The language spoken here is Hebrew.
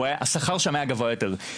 השכר שם היה גבוה יותר.